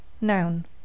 noun